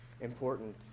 important